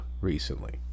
recently